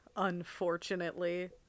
Unfortunately